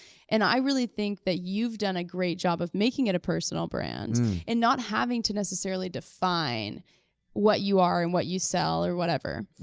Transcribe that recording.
and i really think that you've done a great job of making it a personal brand and not having to necessarily define what you are and what you sell or whatever.